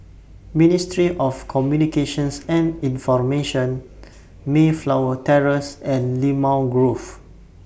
Ministry of Communications and Information Mayflower Terrace and Limau Grove